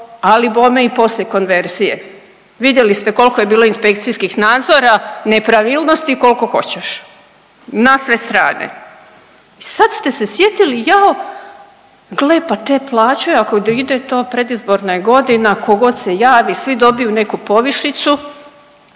Ali bome i poslije konverzije. Vidjeli ste koliko je bilo inspekcijskih nadzora, nepravilnosti koliko hoćeš na sve strane. I sad ste se sjetili jao gle pa te plaće ako ide to predizborna je godina, tko god se javi svi dobiju neku povišicu.